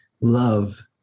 love